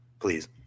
please